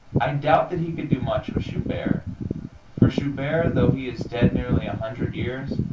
i doubt that he could do much with schubert, for schubert, though he is dead nearly a hundred years,